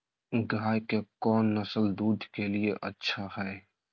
गाय के कौन नसल दूध के लिए अच्छा है?